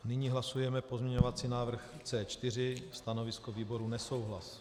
Nyní hlasujeme pozměňovací návrh C4. Stanovisko výboru nesouhlas.